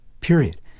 period